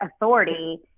authority